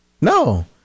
No